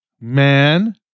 man